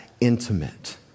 intimate